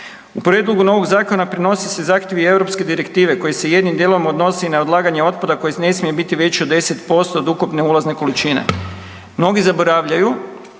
U prijedlogu novog zakona prinose se zahtjevi europske direktive koji se jednim dijelom odnosi i na odlaganje otpada koje ne smije biti veće od 10% od ukupne ulazne količine. Mnogi zaboravljaju